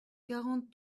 quarante